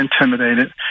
intimidated